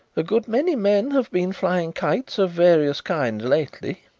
a good many men have been flying kites of various kinds lately,